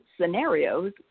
scenarios